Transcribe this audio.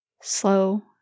Slow